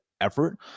effort